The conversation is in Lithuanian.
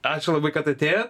ačiū labai kad atėjot